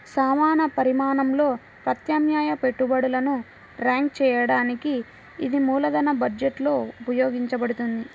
సమాన పరిమాణంలో ప్రత్యామ్నాయ పెట్టుబడులను ర్యాంక్ చేయడానికి ఇది మూలధన బడ్జెట్లో ఉపయోగించబడుతుంది